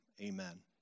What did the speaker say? Amen